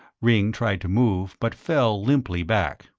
ringg tried to move, but fell limply back.